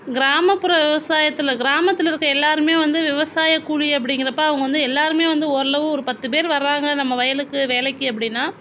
கிராமப்புற விவசாயத்தில் கிராமத்தில் இருக்கிற எல்லாருமே வந்து விவசாயக் கூலி அப்படிங்குறப்ப அவங்க வந்து எல்லாருமே வந்து ஓரளவு ஒரு பத்து பேர் வறாங்க நம்ம வயலுக்கு வேலைக்கு அப்படினா